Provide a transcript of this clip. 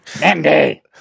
Mandy